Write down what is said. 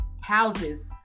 houses